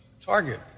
target